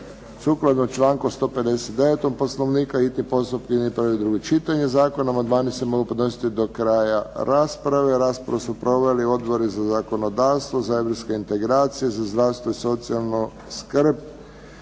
Sukladno članku 159. Poslovnika hitni postupak objedinjuje prvo i drugo čitanje zakona. Amandmani se mogu podnositi do kraja rasprave. Raspravu su proveli odbori za zakonodavstvo, za europske integracije, za zdravstvo i socijalnu skrb,